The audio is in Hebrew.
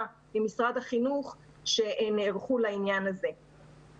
ממשרד החינוך שהם נערכו לעניין הזה.